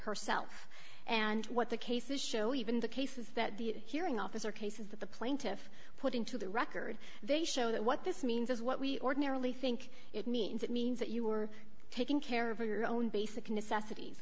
herself and what the cases show even the cases that the hearing officer cases that the plaintiff put into the record they show that what this means is what we ordinarily think it means it means that you are taking care of your own basic necessities